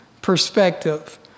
perspective